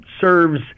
serves